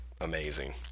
Amazing